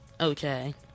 Okay